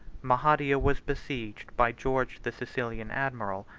mahadia was besieged by george the sicilian admiral,